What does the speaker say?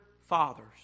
fathers